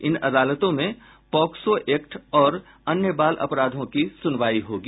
इन अदालतों में POCSO act और अन्य बाल अपराधों की सुनवाई होगी